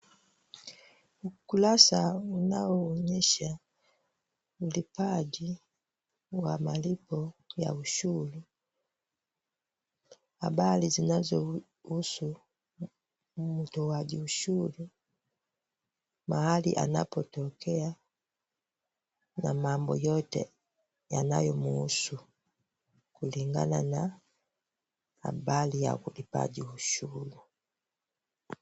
Ukurasa unaoonyesha ulipaji wa malipo ya ushuru. Habari zinazohusu mtoaji ushuru mahali anapotokea na mambo yote yanayomhusu kulingana na habari ya ulipaji ushuru.